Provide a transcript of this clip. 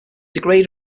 degrade